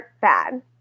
bad